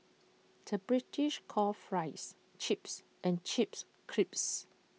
the British calls Fries Chips and Chips Crisps